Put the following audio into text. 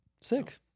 sick